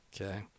Okay